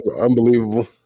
unbelievable